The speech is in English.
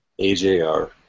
AJR